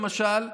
למשל,